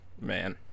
Man